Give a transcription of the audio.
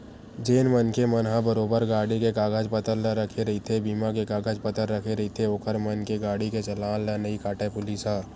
जेन मनखे मन ह बरोबर गाड़ी के कागज पतर ला रखे रहिथे बीमा के कागज पतर रखे रहिथे ओखर मन के गाड़ी के चलान ला नइ काटय पुलिस ह